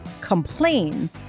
complain